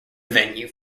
venue